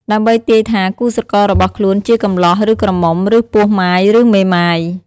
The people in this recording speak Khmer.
ដើម្បីទាយថាគូស្រកររបស់ខ្លួនជា កំលោះឬក្រមុំ ឬ ពោះម៉ាយឬមេម៉ាយ ។